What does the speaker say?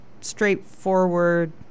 straightforward